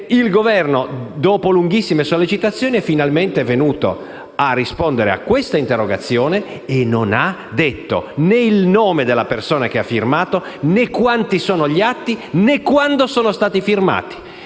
il Governo, dopo lunghissime sollecitazioni, è finalmente venuto a rispondere a questa interrogazione e non ha detto né il nome della persona che ha firmato, né quanti sono gli atti, né quando sono stati firmati;